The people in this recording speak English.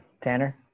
Tanner